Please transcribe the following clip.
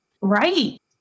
Right